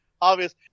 obvious